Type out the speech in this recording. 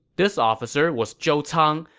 this officer was zhou cang,